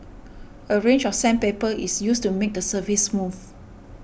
a range of sandpaper is used to make the surface smooth